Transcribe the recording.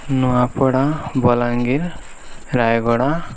Nuapada Balangir Rayagada